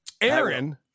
Aaron